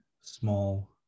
small